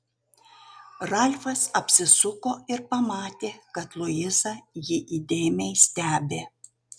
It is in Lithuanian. ralfas apsisuko ir pamatė kad luiza jį įdėmiai stebi